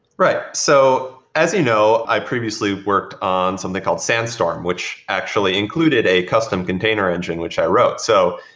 right. so as you know, i previously worked on something called sandstorm, which actually included a custom container engine which i wrote. so,